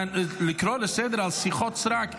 לקרוא לסדר על שיחות סרק.